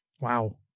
Wow